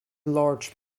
large